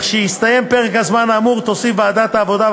כשיסתיים פרק הזמן האמור תוסיף ועדת העבודה,